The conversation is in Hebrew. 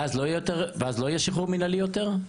ואז לא יהיה שחרור מינהלי יותר?